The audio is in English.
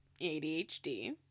ADHD